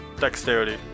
Dexterity